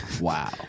wow